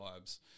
vibes